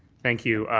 thank you.